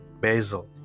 Basil